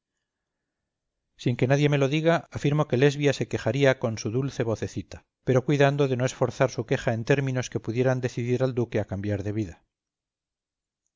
sin que nadie me lo diga afirmo que lesbia se quejaría con su dulce vocecita pero cuidando de no esforzar su queja en términos que pudieran decidir al duque a cambiar de vida